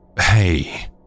Hey